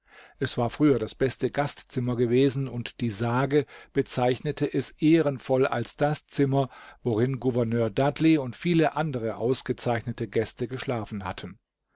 es war früher das beste gastzimmer gewesen und die sage bezeichnete es ehrenvoll als das zimmer worin gouverneur dudley und viele andere ausgezeichnete gäste geschlafen hatten